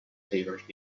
favoured